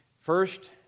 First